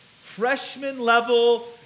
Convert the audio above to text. freshman-level